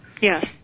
Yes